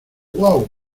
uau